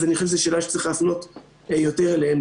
אז אני חושב שאת השאלה צריך להפנות יותר אליהם.